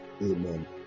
amen